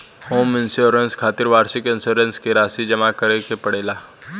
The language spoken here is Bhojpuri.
होम इंश्योरेंस खातिर वार्षिक इंश्योरेंस के राशि जामा करे के पड़ेला